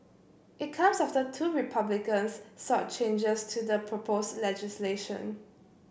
it comes after two Republicans sought changes to the proposed legislation